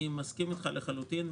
אני מסכים אתך לחלוטין.